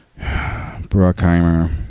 bruckheimer